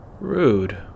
Rude